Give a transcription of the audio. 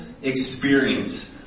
experience